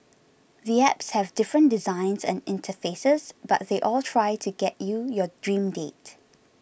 the apps have different designs and interfaces but they all try to get you your dream date